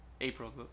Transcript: April